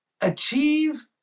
achieve